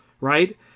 right